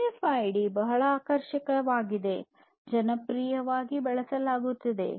R F I D ಬಹಳ ಆಕರ್ಷಕವಾಗಿವೆ ಜನಪ್ರಿಯವಾಗಿ ಬಳಸಲಾಗುತ್ತದೆ